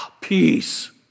peace